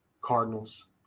Cardinals